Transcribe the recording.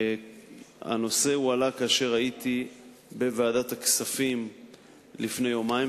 הנושא הועלה כשהייתי בוועדת הכספים לפני יומיים,